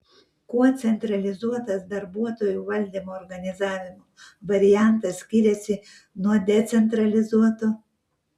kuo centralizuotas darbuotojų valdymo organizavimo variantas skiriasi nuo decentralizuoto